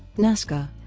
nascar